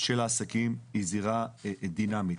של העסקים היא זירה דינמית.